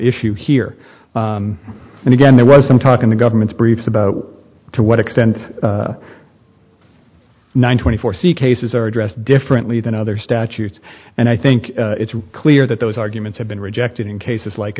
issue here and again there was some talk in the government's briefs about to what extent one twenty four c cases are addressed differently than other statutes and i think it's clear that those arguments have been rejected in cases like